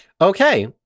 Okay